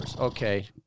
Okay